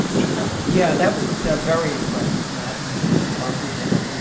and yeah that was very impressive, matt, and comprehensive.